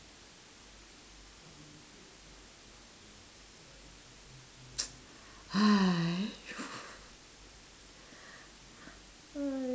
!hais! !aiyo!